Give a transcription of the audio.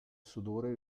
sudore